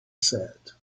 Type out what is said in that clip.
said